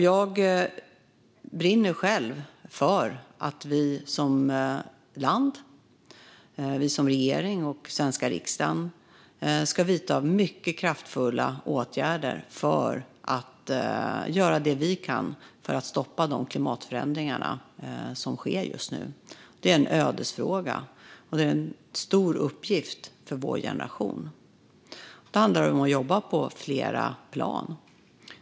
Jag brinner själv för att Sverige som land, vi som regering och den svenska riksdagen ska vidta mycket kraftfulla åtgärder för att göra det vi kan för att stoppa de klimatförändringar som just nu sker. Det är en ödesfråga och en stor uppgift för vår generation. Då handlar det om att jobba på flera plan.